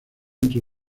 entre